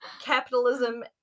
Capitalism